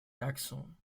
jackson